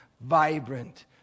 vibrant